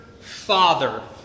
father